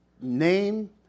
name